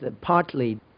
partly